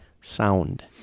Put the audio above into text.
sound